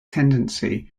tendency